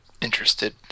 interested